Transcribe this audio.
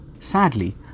Sadly